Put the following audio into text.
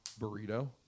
burrito